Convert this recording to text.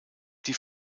die